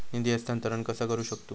निधी हस्तांतर कसा करू शकतू?